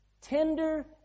tender